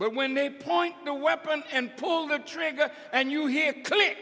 but when they point the weapon and pull the trigger and you hear clearly